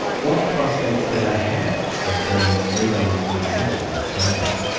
what prospects to they have of being legally resettled in australia?